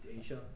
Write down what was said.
Asia